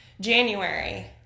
January